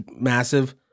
massive